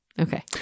Okay